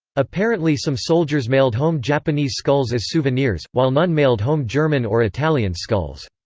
apparently some soldiers mailed home japanese skulls as souvenirs, while none mailed home german or italian skulls.